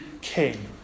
king